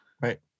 right